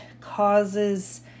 causes